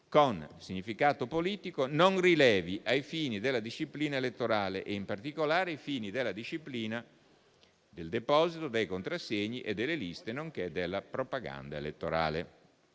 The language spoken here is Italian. con significato politico, non rilevi ai fini della disciplina elettorale e, in particolare, ai fini della disciplina del deposito dei contrassegni e delle liste, nonché della propaganda elettorale.